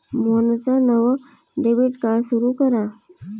मोहनचं नवं debit card सुरू करा